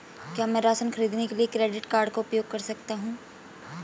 क्या मैं राशन खरीदने के लिए क्रेडिट कार्ड का उपयोग कर सकता हूँ?